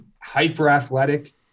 hyper-athletic